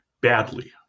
badly